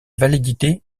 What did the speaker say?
validité